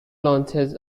launches